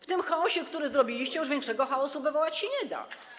W tym chaosie, który spowodowaliście, już większego chaosu wywołać się nie da.